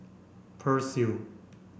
Persil